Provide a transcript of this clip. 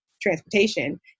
transportation